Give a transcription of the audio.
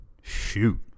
Shoot